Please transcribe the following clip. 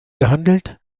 gehandelt